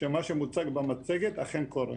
שמה שמוצג במצגת אכן קורה.